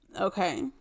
Okay